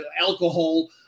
alcohol